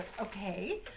Okay